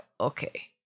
okay